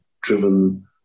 driven